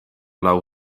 laŭ